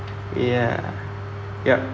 ya ya